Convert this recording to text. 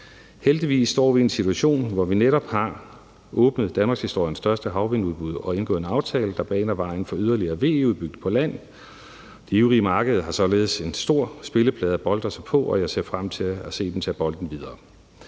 Heldigvis står vi i en situation, hvor vi netop har åbnet danmarkshistoriens største havvindmølleudbud og indgået en aftale, der baner vejen for yderligere VE-udbygning på land. Det ivrige marked har således en stor spilleplade at boltre sig på, og jeg ser frem til at se dem tage bolden videre.